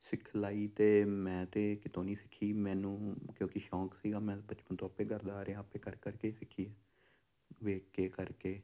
ਸਿਖਲਾਈ ਤਾਂ ਮੈਂ ਤਾਂ ਕਿਤੋਂ ਨਹੀਂ ਸਿੱਖੀ ਮੈਨੂੰ ਕਿਉਂਕਿ ਸ਼ੌਂਕ ਸੀਗਾ ਮੈਂ ਬਚਪਨ ਤੋਂ ਆਪੇ ਕਰਦਾ ਆ ਰਿਹਾ ਆਪੇ ਕਰ ਕਰਕੇ ਸਿੱਖੀ ਹੈ ਦੇਖ ਕੇ ਕਰਕੇ